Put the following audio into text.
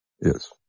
Yes